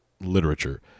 literature